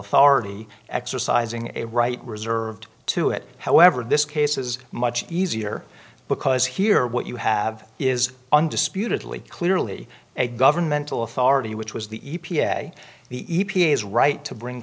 authority exercising a right reserved to it however this case is much easier because here what you have is undisputedly clearly a governmental authority which was the e p a the e p a is right to bring